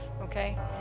okay